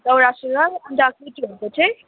दौरा सुरुवाल अन्त केटीहरूको चाहिँ